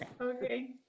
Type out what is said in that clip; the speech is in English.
Okay